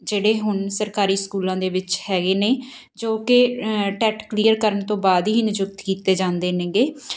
ਜਿਹੜੇ ਹੁਣ ਸਰਕਾਰੀ ਸਕੂਲਾਂ ਦੇ ਵਿੱਚ ਹੈਗੇ ਨੇ ਜੋ ਕਿ ਟੈਟ ਕਲੀਅਰ ਕਰਨ ਤੋਂ ਬਾਅਦ ਹੀ ਨਿਯੁਕਤ ਕੀਤੇ ਜਾਂਦੇ ਨੇਗੇ